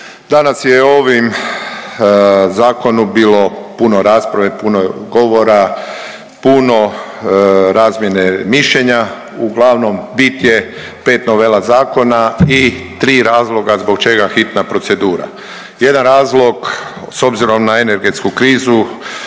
Danas je o ovim zakonu bilo puno rasprave, puno govora, puno razmjene mišljenja, uglavnom bit je 5 novela zakona i 3 razloga zbog čega hitna procedura. Jedan razlog s obzirom na energetsku krizu